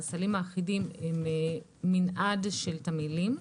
הסלים האחידים הם מנעד של תמהילים.